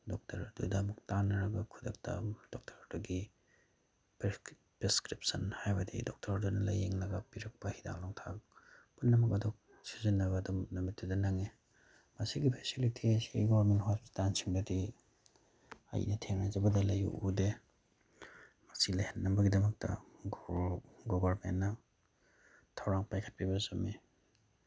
doctor ꯑꯗꯨꯗ ꯑꯃꯨꯛ ꯇꯥꯅꯔꯒ ꯈꯨꯗꯛꯇ ꯑꯃꯨꯛ ꯗꯣꯛꯇꯔꯗꯨꯒꯤ ꯄ꯭ꯔꯦꯁꯀ꯭ꯔꯤꯞꯁꯟ ꯍꯥꯏꯕꯗꯤ ꯗꯣꯛꯇꯔꯗꯨꯅ ꯂꯥꯏꯌꯦꯡꯂꯒ ꯄꯤꯔꯛꯄ ꯍꯤꯗꯥꯛ ꯂꯥꯡꯊꯛ ꯄꯨꯝꯅꯃꯛ ꯑꯗꯨ ꯁꯤꯖꯤꯟꯅꯕ ꯑꯗꯨꯝ ꯅꯨꯃꯤꯠꯇꯨꯗ ꯅꯪꯒꯤ ꯃꯁꯤꯒꯤ ꯐꯦꯁꯤꯂꯤꯇꯤ ꯑꯁꯤ ꯒꯣꯕꯔꯃꯦꯟ ꯍꯣꯁꯄꯤꯇꯥꯜꯁꯤꯡꯗꯗꯤ ꯑꯩꯗꯤ ꯊꯦꯡꯅꯖꯕ ꯂꯩꯕ ꯎꯗꯦ ꯃꯁꯤ ꯂꯩꯍꯟꯅꯕꯒꯤꯗꯃꯛꯇ ꯒꯣꯕꯔꯃꯦꯟꯅ ꯊꯧꯔꯥꯡ ꯄꯥꯏꯈꯠꯄꯤꯕ ꯆꯨꯝꯃꯤ